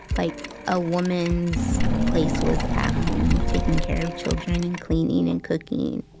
like a woman's place was at home taking care of children and cleaning and cooking.